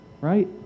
Right